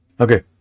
okay